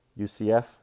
UCF